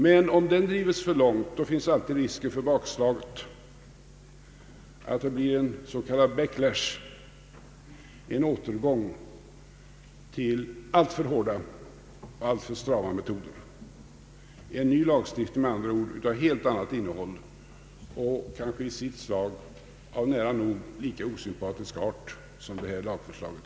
Men om den drivs för långt finns alltid risk för att det blir ett bakslag, en s.k. backlash, en återgång till alltför hårda och strama metoder, med andra ord en ny lagstiftning av helt annat innehåll och kanske i sitt slag av nära nog lika osympatisk art som detta lagförslag.